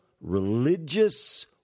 religious